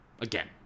again